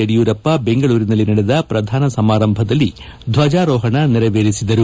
ಯಡಿಯೂರಪ್ಪ ಬೆಂಗಳೂರಿನಲ್ಲಿ ನಡೆದ ಪ್ರಧಾನ ಸಮಾರಂಭದಲ್ಲಿ ಧ್ವಜಾರೋಹಣ ನೆರವೇರಿಸಿದರು